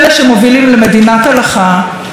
אלה שמובילים למדינת הלכה,